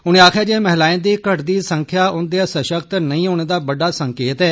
उनें आक्खेआ जे महिलाएं दी घटदी संख्या उन्दे सशक्त नेई होने दा बड्डा संकेत ऐ